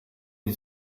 die